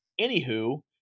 anywho